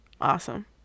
awesome